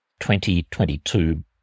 2022